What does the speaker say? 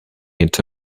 into